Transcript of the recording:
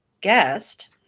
guest